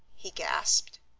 he gasped.